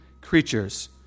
creatures